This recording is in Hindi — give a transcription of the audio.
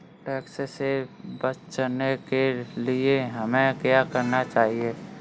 टैक्स से बचने के लिए हमें क्या करना चाहिए?